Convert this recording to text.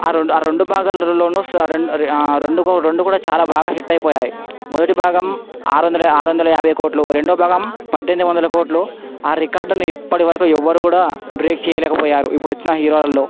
ఆ రెండు ఆ రెండు భాగాలలోను స రెండు రెండు కూ రెండు కూడా చాలా బాగా హిట్ అయిపోయాయి మొదటి భాగం ఆరు వందల ఆరు వందల యాభై కోట్లు రెండో భాగం పద్దెనిమిది వందల కోట్లు ఆ రికార్డుని ఇప్పటివరకు ఎవ్వరు కూడా బ్రేక్ చేయలేకపోయారు ఇప్పుడు వచ్చిన హీరోలల్లో